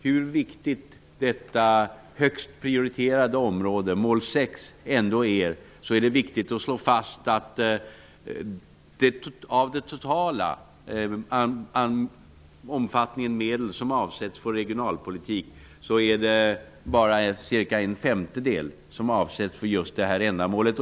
Hur viktigt detta högt prioriterade område, målområde 6, än är, är det angeläget att slå fast att bara cirka en femtedel av det totala belopp som avsätts för regionalpolitik är avsedd för just detta ändamål.